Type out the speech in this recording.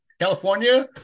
California